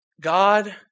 God